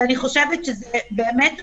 ואני חושבת שבאמת חבל,